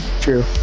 True